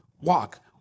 walk